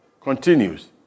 continues